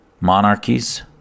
monarchies